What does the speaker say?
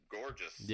gorgeous